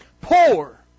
poor